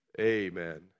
Amen